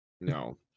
No